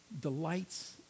delights